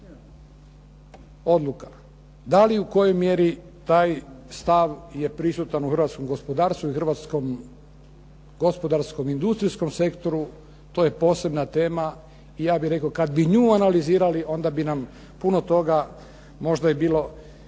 odluka. Da li u kojoj mjeri taj stav je prisutan u hrvatskom gospodarstvu i hrvatskom gospodarskom industrijskom sektoru? To je posebna tema. I ja bih rekao kad bi nju analizirali onda bi nam puno toga možda i bilo